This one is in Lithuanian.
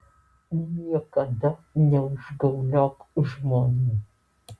niekada neužgauliok žmonių